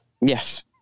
Yes